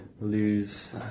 lose